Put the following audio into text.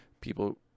people